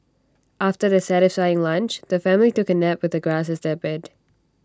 after their satisfying lunch the family took A nap with the grass as their bed